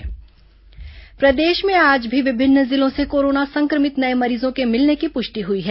corona मरीज प्रदेश में आज भी विभिन्न जिलों से कोरोना संक्रमित नये मरीजों के मिलने की पृष्टि हई है